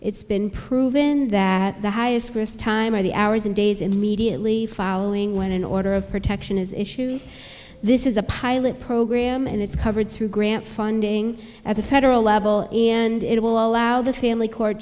it's been proven that the highest risk time or the hours and days immediately following when an order of protection is issued this is a pilot program and it's covered through grant funding at the federal level and it will allow the family court